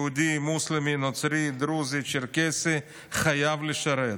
יהודי, מוסלמי, נוצרי, דרוזי, צ'רקסי, חייב לשרת.